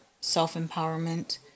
Self-empowerment